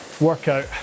workout